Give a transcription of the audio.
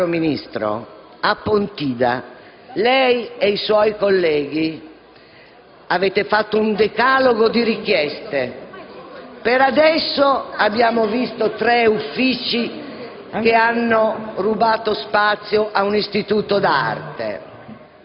caro Ministro, lei e i suoi colleghi avete fatto un decalogo di richieste. Per adesso abbiamo visto tre uffici che hanno rubato spazio ad un Istituto d'arte